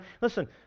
Listen